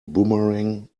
boomerang